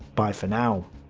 bye for now.